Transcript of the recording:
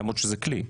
למרות שזה כלי,